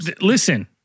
Listen